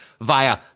via